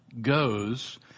goes